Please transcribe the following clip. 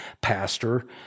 pastor